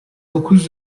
dokuz